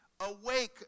Awake